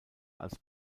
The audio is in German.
als